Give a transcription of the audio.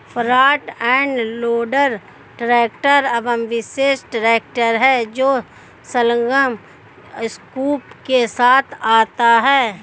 front end loader tractor एक विशेष tractor है जो संलग्न स्कूप के साथ आता है